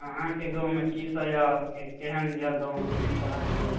अहाँके गाँवमे कीसभ यए के केहन यए गाँव किस तरहके